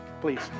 Please